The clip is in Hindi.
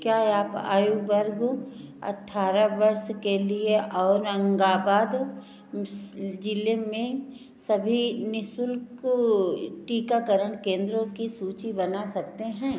क्या आप आयु वर्ग अठारह वर्ष के लिए औरंगाबाद स ज़िले में सभी निःशुल्क टीकाकरण केंद्रों की सूची बना सकते हैं